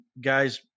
guys –